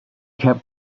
kept